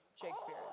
Shakespeare